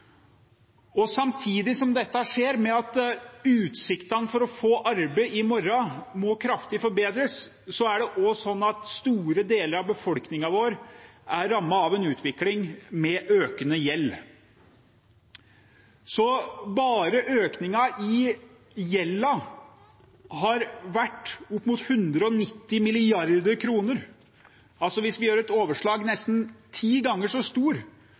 Samtidig som dette skjer – at utsiktene for å få arbeid i morgen må forbedres kraftig – er store deler av befolkningen vår rammet av en utvikling med økende gjeld. Bare økningen i gjelden har vært opp mot 190 mrd. kr, altså – hvis vi gjør et overslag – nesten ti ganger så stor